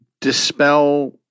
dispel